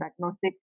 diagnostic